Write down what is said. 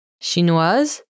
Chinoise